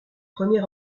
premier